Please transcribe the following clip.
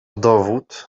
dowód